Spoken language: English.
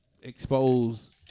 expose